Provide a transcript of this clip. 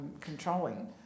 controlling